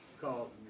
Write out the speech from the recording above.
called